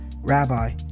Rabbi